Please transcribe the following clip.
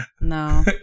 No